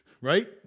right